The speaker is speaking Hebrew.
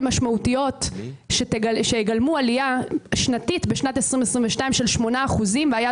משמעותיות שיגלמו עלייה שנתית בשנת 2022 של 8% והיד